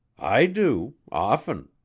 i do often.